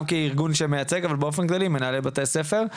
גם כארגון שמייצג, אבל באופן כללי, מנהלי בתי ספר.